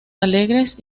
alegres